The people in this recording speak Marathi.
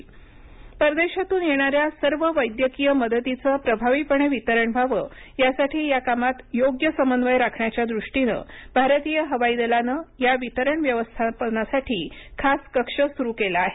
एअर फोर्स परदेशातून येणाऱ्या सर्व वैद्यकीय मदतीचं प्रभावीपणे वितरण व्हावं यासाठी या कामात योग्य समन्वय राखण्यासाठी भारतीय हवाई दलानं या वितरण व्यवस्थापनासाठी खास कक्ष सुरू केला आहे